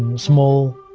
small